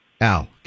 Al